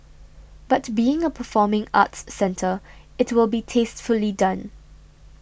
but being a performing arts centre it will be tastefully done